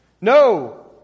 No